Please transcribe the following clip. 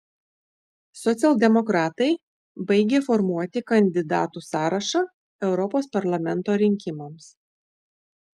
socialdemokratai baigė formuoti kandidatų sąrašą europos parlamento rinkimams